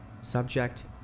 Subject